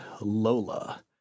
Lola